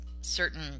certain